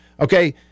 okay